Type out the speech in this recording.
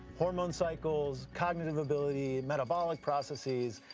hormone cycles, cognitive ability, metabolic processes.